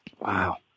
Wow